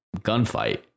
gunfight